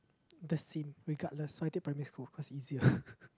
the same regardless I would take primary school cause easier